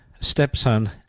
stepson